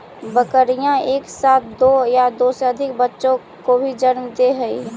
बकरियाँ एक साथ दो या दो से अधिक बच्चों को भी जन्म दे हई